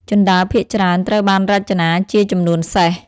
ជណ្តើរភាគច្រើន ត្រូវបានរចនាជាចំនួនសេស។